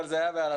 אבל זה היה בהלצה.